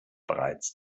bereits